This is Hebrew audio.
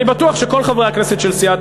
ואני בטוח שכל חברי הכנסת של סיעת